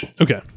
Okay